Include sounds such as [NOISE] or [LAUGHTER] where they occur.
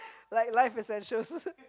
like life essentials [LAUGHS]